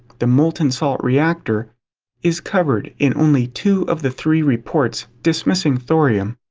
the molten-salt reactor is covered in only two of the three reports dismissing thorium.